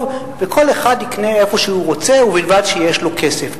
וכל אחד יקנה איפה שהוא רוצה ובלבד שיש לו כסף,